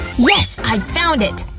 yes! i found it!